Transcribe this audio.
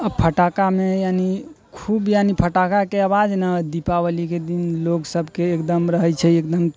आओर फटाकामे यानि खूब यानि फटाकाके आवाज ने दीपावलीके दिन लोग सबके एकदम रहै छै एकदम